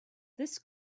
this